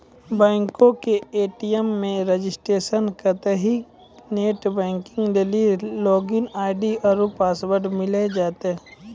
बैंको के ए.टी.एम मे रजिस्ट्रेशन करितेंह नेट बैंकिग लेली लागिन आई.डी आरु पासवर्ड मिली जैतै